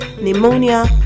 pneumonia